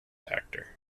actor